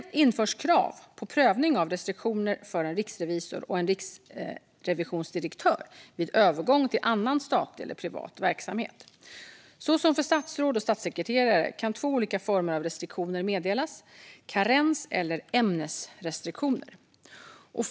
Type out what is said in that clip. Det införs krav på prövning av restriktioner för en riksrevisor och en riksrevisionsdirektör vid övergång till annan statlig eller privat verksamhet. Så som för statsråd och statssekreterare kan två olika former av restriktioner meddelas: karens eller ämnesrestriktioner.